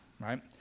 right